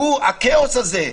הכאוס הזה,